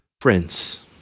Friends